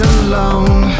alone